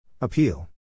Appeal